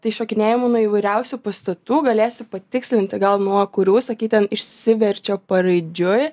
tai šokinėjimu nuo įvairiausių pastatų galėsi patikslinti gal nuo kurių sakei ten išsiverčia paraidžiui